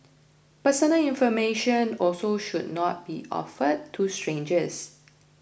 personal information also should not be offered to strangers